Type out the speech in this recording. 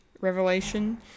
revelation